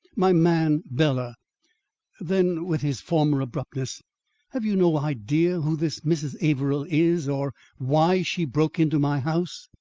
my man, bela then with his former abruptness have you no idea who this mrs. averill is, or why she broke into my house?